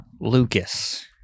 Lucas